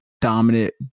Dominant